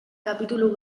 kapitulu